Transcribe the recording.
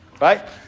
Right